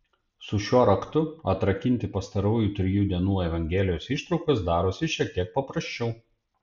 su šiuo raktu atrakinti pastarųjų trijų dienų evangelijos ištraukas darosi šiek tiek paprasčiau